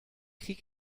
krieg